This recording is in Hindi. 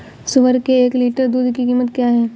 सुअर के एक लीटर दूध की कीमत क्या है?